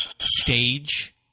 stage